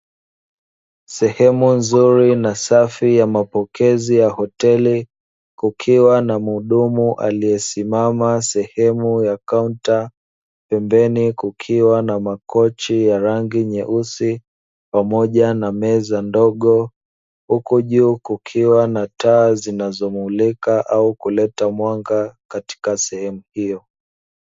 Sehemu nzuri na safi ya mapokezi ya hoteli, kukiwa na mhudumu aliyesimama sehemu ya kaunta. Pembeni kukiwa na makochi ya rangi nyeusi pamoja na meza ndogo, huku juu kukiwa na taa zinazomulika au kuleta mwanga katika sehemu hiyo.